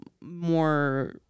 more